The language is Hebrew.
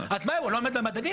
אז מה, הוא לא עומד במדדים?